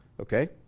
Okay